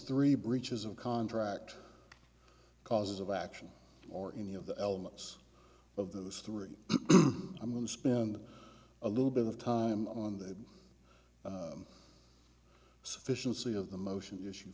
three breaches of contract cause of action or any of the elements of those three i'm going to spend a little bit of time on the sufficiency of the motion issue